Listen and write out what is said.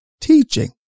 teaching